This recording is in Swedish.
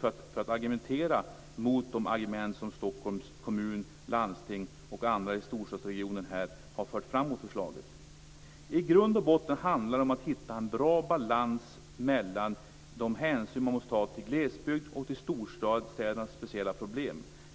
för att agitera mot de argument som Stockholms kommun, Stockholms landsting och andra här i storstadsregionen har fört fram mot förslaget. I grund och botten handlar det om att hitta en bra balans mellan de hänsyn man måste ta till glesbygden och till storstädernas speciella problem.